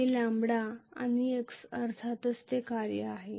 हे λ आणि x अर्थातच चे कार्य आहे